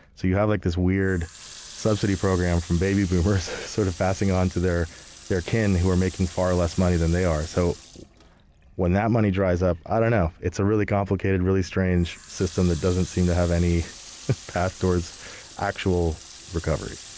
so you have like this weird subsidy program from baby boomers, sort of passing it on to their their kin who are making far less money than they are. so when that money dries up, i don't know. it's a really complicated really strange system that doesn't seem to have any path towards actually recovery.